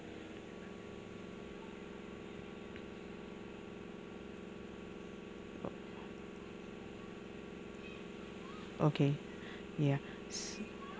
okay ya s~